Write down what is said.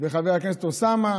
וחבר הכנסת אוסאמה